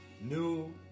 new